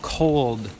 cold